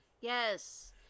Yes